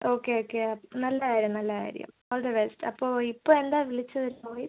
okay okay നല്ല കാര്യം നല്ല കാര്യം ഓൾ ദ ബെസ്റ്റ് അപ്പോൾ ഇപ്പോൾ എന്താ വിളിച്ചത് രോഹിത്ത്